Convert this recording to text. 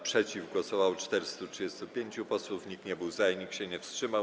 Przeciw głosowało 435 posłów, nikt nie był za i nikt się nie wstrzymał.